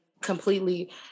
completely